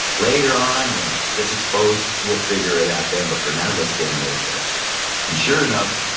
later on, when it gets exposed, we'll figure it out then. but for now let's get him over there and sure enough,